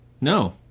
No